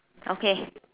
okay